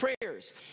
prayers